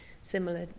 similar